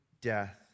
death